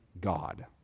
God